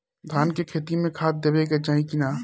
धान के खेती मे खाद देवे के चाही कि ना?